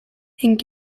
and